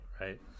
right